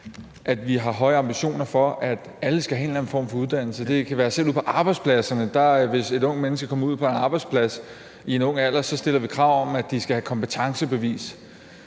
at vi har høje ambitioner om, at alle skal have en eller anden form for uddannelse; selv ude på arbejdspladserne stiller vi krav om, at et ungt menneske, der kommer ud på en arbejdsplads i en ung alder, skal have kompetencebevis.